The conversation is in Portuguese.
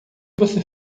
você